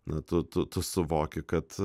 na tu tu suvoki kad